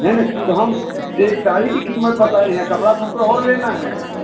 नहीं नहीं तो हम एक साड़ी की कीमत बताएँ हैं कपड़ा तो हमको और लेना है